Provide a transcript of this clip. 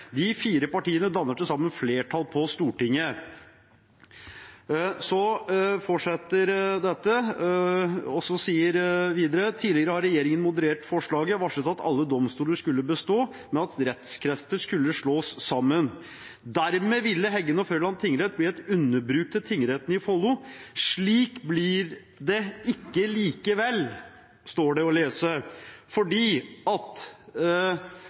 De fire partiene danner til sammen flertall på Stortinget.» Det fortsetter slik: «Tidligere har regjeringen moderert forslaget og varslet at alle domstoler skulle bestå, men at rettskretser skulle slås sammen. Dermed ville Heggen og Frøland tingrett bli et underbruk til tingretten i Follo. Slik blir det ikke likevel.» Det står det å lese.